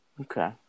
okay